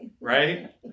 right